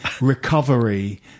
recovery